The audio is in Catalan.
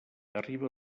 arriba